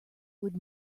would